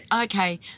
Okay